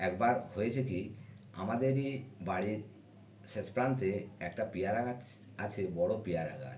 একবার হয়েছে কী আমাদেরই বাড়ির শেষ প্রান্তে একটা পেয়ারা গাছ আছে বড় পেয়ারা গাছ